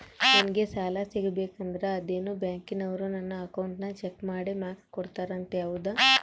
ನಂಗೆ ಸಾಲ ಸಿಗಬೇಕಂದರ ಅದೇನೋ ಬ್ಯಾಂಕನವರು ನನ್ನ ಅಕೌಂಟನ್ನ ಚೆಕ್ ಮಾಡಿ ಮಾರ್ಕ್ಸ್ ಕೊಡ್ತಾರಂತೆ ಹೌದಾ?